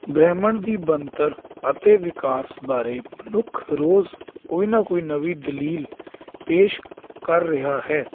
ਬ੍ਰਹਿਮੰਡ ਦੀ ਬਣਤਰ ਅਤੇ ਵਿਕਾਸ ਬਾਰੇ ਮਨੁੱਖ ਰੋਜ਼ ਕੋਈ ਨਾ ਕੋਈ ਨਵੀਂ ਦਲੀਲ ਪੇਸ਼ ਕਰ ਰਿਹਾ ਹੈ